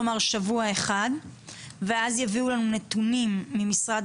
כלומר שבוע אחד ואז יביאו לנו נתונים ממשרד